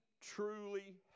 truly